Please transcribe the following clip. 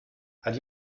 hat